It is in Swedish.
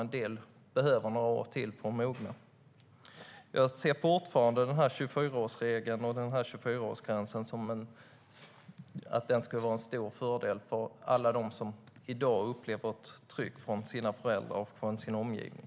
En del behöver några år till för att mogna. Jag anser fortfarande att 24-årsregeln och 24-gränsen skulle vara en stor fördel för alla som i dag upplever ett tryck från sina föräldrar och sin omgivning.